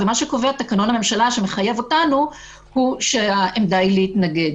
ומה שקובע תקנון הממשלה שמחייב אותנו הוא שהעמדה היא להתנגד.